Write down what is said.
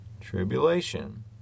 tribulation